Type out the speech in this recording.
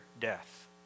death